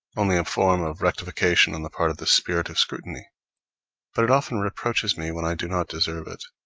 only a form of rectification on the part of the spirit of scrutiny but it often reproaches me when i do not deserve it.